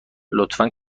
لطفا